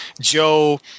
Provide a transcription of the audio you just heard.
Joe